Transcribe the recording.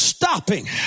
stopping